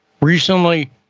recently